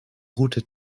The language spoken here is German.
route